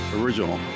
original